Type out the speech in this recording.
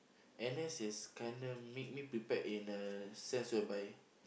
N_S is kinda make me prepared in a sense whereby